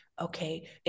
okay